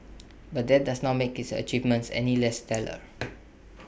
but that does not make his achievements any less stellar